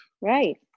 right